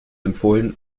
empfohlen